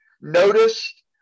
noticed